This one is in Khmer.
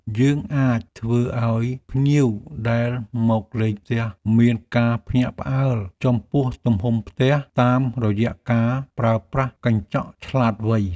យើងអាចធ្វើឱ្យភ្ញៀវដែលមកលេងផ្ទះមានការភ្ញាក់ផ្អើលចំពោះទំហំផ្ទះតាមរយៈការប្រើប្រាស់កញ្ចក់ឆ្លាតវៃ។